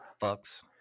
fucks